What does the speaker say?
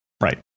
Right